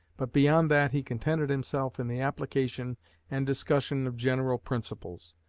but beyond that he contented himself in the application and discussion of general principles.